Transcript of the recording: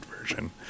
version